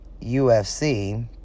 UFC